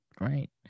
right